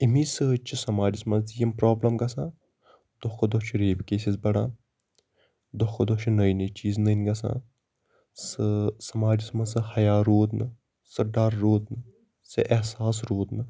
اَمی سۭتۍ چھِ سماجَس منٛز تہِ یِم پرٛابلٕم گژھان دۄہ کھۄ دۄہ چھِ ریپ کیسِز بڑان دۄہ کھۄ دۄہ چھِ نٔے نٔے چیٖز نٔنۍ گژھان سہٕ سَماجَس منٛز سُہ حیا روٗد نہٕ سۄ ڈَر روٗد نہٕ سُہ احساس روٗد نہٕ